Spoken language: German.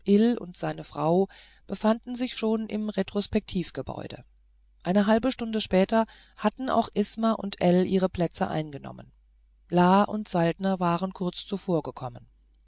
und seine frau befanden sich schon im retrospektiv gebäude eine halbe stunde später hatten auch isma und ell ihre plätze eingenommen la und saltner waren kurz zuvor